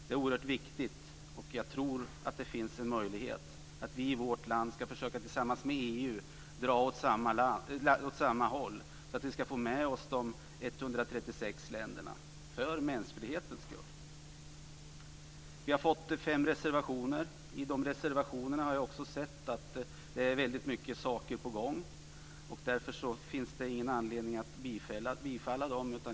Det är oerhört viktigt, och jag tror att det finns en möjlighet att vi i vårt land tillsammans med EU drar åt samma håll, så att vi får med oss de 136 länderna för mänsklighetens skull. Det finns fem reservationer. I de reservationerna har jag också sett att det är väldigt mycket saker på gång. Därför finns det ingen anledning att bifalla dem.